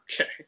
Okay